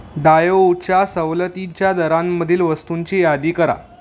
डायोउच्या सवलतीच्या दरांमधील वस्तूंची यादी करा